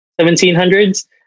1700s